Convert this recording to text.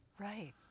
Right